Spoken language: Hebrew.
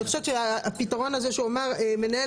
אני חושבת שהפתרון הזה שהוא אמר: המנהל